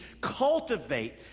cultivate